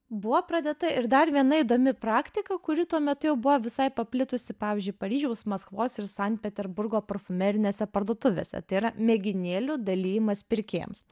buvo pradėta ir dar viena įdomi praktika kuri tuo metu jau buvo visai paplitusi pavyzdžiui paryžiaus maskvos ir sankt peterburgo parfumerinėse parduotuvėse tai yra mėginėlių dalijimas pirkėjams